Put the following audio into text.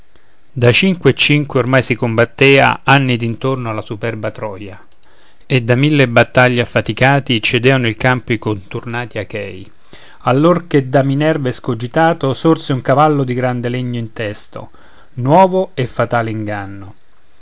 da cinque e cinque ormai si combattea anni d'intorno alla superba troia e da mille battaglie affaticati cedeano il campo i coturnati achei allor che da minerva escogitato sorse un cavallo di gran legno intesto nuovo e fatale inganno